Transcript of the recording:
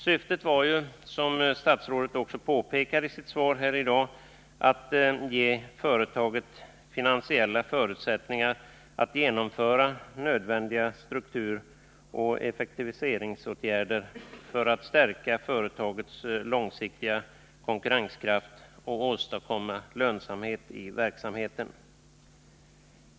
Syftet var ju, som statsrådet också påpekar i sitt svar här i dag, att ge företaget finansiella förutsättningar att genomföra nödvändiga strukturoch effektiviseringsåtgärder för att stärka företagets långsiktiga konkurrenskraft och åstadkomma lönsamhet i verksamheten.